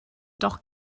doch